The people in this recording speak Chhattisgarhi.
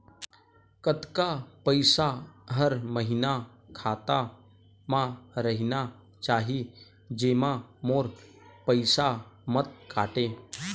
कतका पईसा हर महीना खाता मा रहिना चाही जेमा मोर पईसा मत काटे?